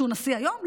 שהוא נשיא היום?